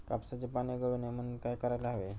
कापसाची पाने गळू नये म्हणून काय करायला हवे?